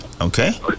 Okay